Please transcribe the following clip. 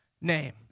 name